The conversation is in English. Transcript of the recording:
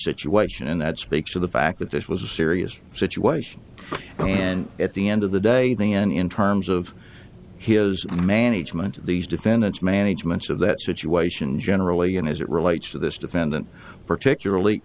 situation and that speaks to the fact that this was a serious situation and at the end of the day the end in terms of his management of these defendants managements of that situation generally and as it relates to this defendant particularly